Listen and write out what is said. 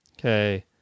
Okay